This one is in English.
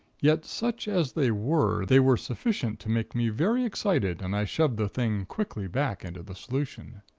yet, such as they were, they were sufficient to make me very excited and i shoved the thing quickly back into the solution.